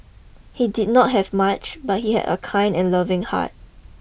he did not have much but he had a kind and loving heart